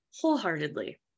wholeheartedly